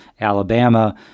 Alabama –